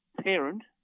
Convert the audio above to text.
parent